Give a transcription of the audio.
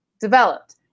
developed